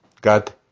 God